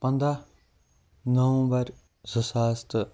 پَنٛدہ نومبَر زٕ ساس تہٕ